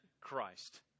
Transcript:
Christ